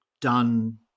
done